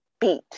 beat